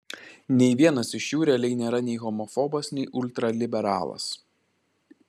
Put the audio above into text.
nei vienas iš jų realiai nėra nei homofobas nei ultraliberalas